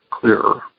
clearer